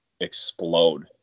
explode